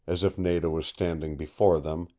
as if nada was standing before them,